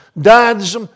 Dads